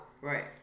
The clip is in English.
Right